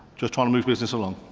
just trying to move business along.